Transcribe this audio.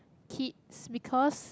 kids because